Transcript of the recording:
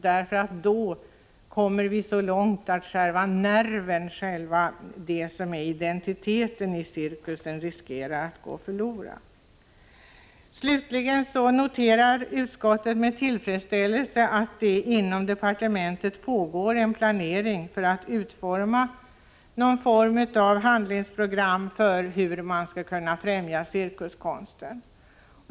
Annars kan det gå så långt att själva nerven, det som är identiteten i cirkusen, riskerar att gå förlorad. Slutligen noterar utskottet med tillfredsställelse att det inom departementet pågår en planering för att utarbeta någon form av handlingsprogram för hur man skall främja cirkuskonsten.